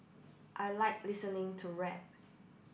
I like listening to rap